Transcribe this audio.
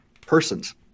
persons